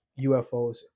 UFOs